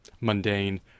mundane